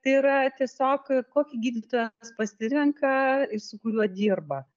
tai yra tiesiog kokį gydytojas pasirenka ir su kuriuo dirba